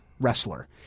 wrestler